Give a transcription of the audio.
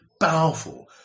powerful